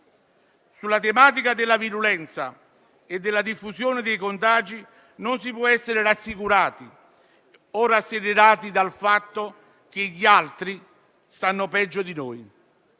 Sulla tematica della virulenza e diffusione dei contagi non si può essere rassicurati o rasserenati dal fatto che gli altri stanno peggio di noi.